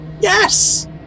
yes